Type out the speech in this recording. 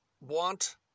want